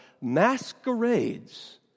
masquerades